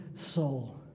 soul